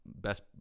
Best